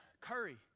curry